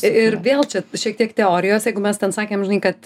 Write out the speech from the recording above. ir vėl čia šiek tiek teorijos jeigu mes ten sakėm žinai kad